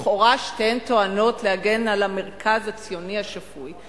לכאורה שתיהן טוענות להגן על המרכז הציוני השפוי,